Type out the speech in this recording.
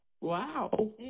Wow